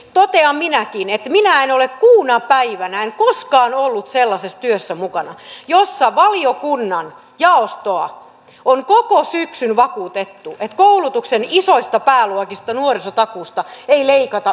totean minäkin että minä en ole kuuna päivänä en koskaan ollut mukana sellaisessa työssä jossa valiokunnan jaostoa on koko syksyn vakuutettu että koulutuksen isoista pääluokista nuorisotakuusta ei leikata yhtään ei yhtään